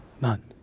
None